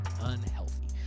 unhealthy